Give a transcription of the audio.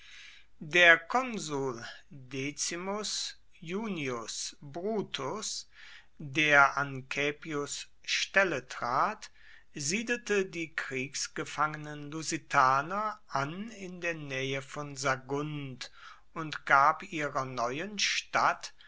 der konsul decimus iunius brutus der an caepios stelle trat siedelte die kriegsgefangenen lusitaner an in der nähe von sagunt und gab ihrer neuen stadt